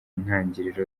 ntangiriro